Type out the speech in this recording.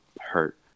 hurt